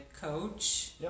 coach